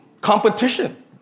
competition